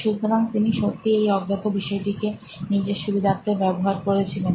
সুতরাং তিনি সত্যিই এই অজ্ঞাত বিষয়টিকে নিজের সুবিধার্থে ব্যবহার করেছিলেন